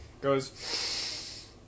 goes